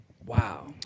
wow